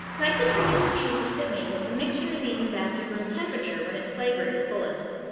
like the trinity of cheeses that make it, the mixture is eaten best at room temperature, when its flavor is fullest.